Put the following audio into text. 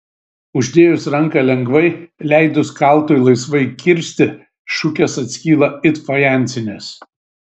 uždėjus ranką lengvai leidus kaltui laisvai kirsti šukės atskyla it fajansinės